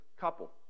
couple